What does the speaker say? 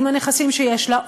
עם הנכסים שיש לה,